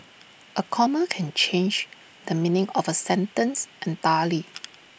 A comma can change the meaning of A sentence entirely